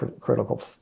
critical